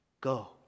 Go